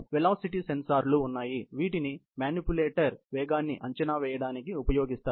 velocity సెన్సార్లు ఉన్నాయి వీటిని మానిప్యులేటర్ వేగాన్ని అంచనా వేయడానికి ఉపయోగిస్తారు